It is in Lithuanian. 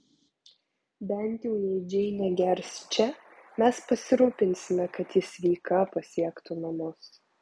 bent jau jei džeinė gers čia mes pasirūpinsime kad ji sveika pasiektų namus